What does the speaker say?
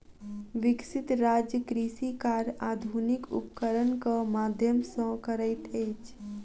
विकसित राज्य कृषि कार्य आधुनिक उपकरणक माध्यम सॅ करैत अछि